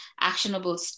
actionable